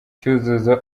cyuzuzo